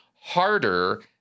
harder